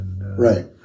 Right